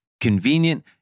convenient